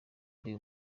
ari